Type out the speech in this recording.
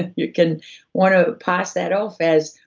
and you can want to pass that off as,